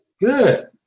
Good